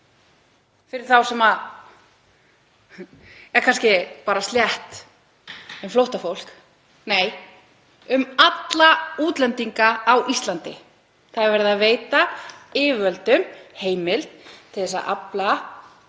fyrir þá sem er kannski bara slétt sama um flóttafólk — nei, um alla útlendinga á Íslandi. Það er verið að veita yfirvöldum heimild til að afla